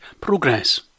progress